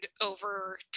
over